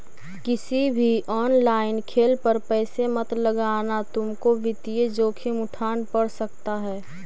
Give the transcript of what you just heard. किसी भी ऑनलाइन खेल पर पैसे मत लगाना तुमको वित्तीय जोखिम उठान पड़ सकता है